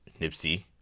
Nipsey